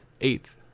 eighth